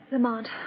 Lamont